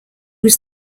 was